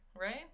right